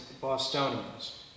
Bostonians